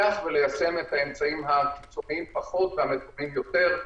וליישם את האמצעים הקיצוניים פחות והמתונים יותר.